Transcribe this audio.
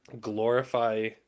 glorify